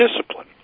discipline